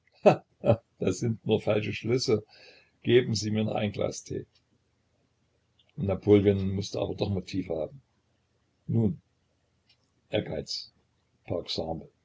das sind nur falsche schlüsse geben sie mir noch ein glas tee napoleon mußte aber doch motive haben nun ehrgeiz